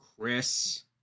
Chris